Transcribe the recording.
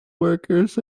workers